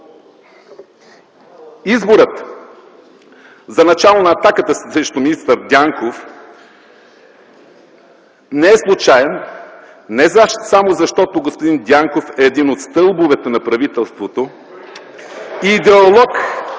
Изборът за начало на атаката срещу министър Дянков не е случаен, не само, защото господин Дянков е един от стълбовете на правителството, идеолог